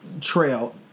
trail